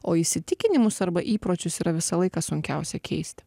o įsitikinimus arba įpročius yra visą laiką sunkiausia keisti